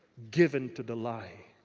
given to the lie.